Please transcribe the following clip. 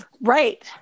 Right